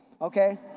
okay